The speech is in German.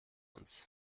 uns